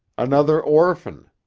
another orphan.